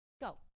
go